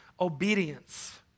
obedience